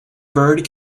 bird